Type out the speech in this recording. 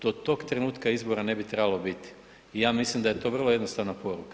Do tog trenutka izbora ne bi trebalo biti i ja mislim da je to vrlo jednostavna poruka.